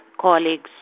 colleagues